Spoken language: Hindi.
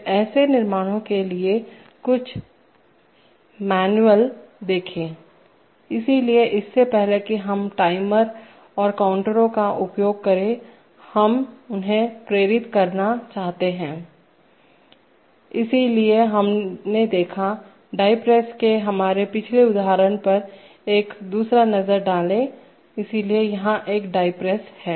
फिर ऐसे निर्माणों के लिए विशेष मैनुअल देखें इसलिए इससे पहले कि हम टाइमर और काउंटरों का उपयोग करें हम उन्हें प्रेरित करना चाहते हैं इसलिए हमने देखा डाई प्रेस के हमारे पिछले उदाहरण पर एक दूसरा नज़र डालें इसलिए यहां एक डाई प्रेस है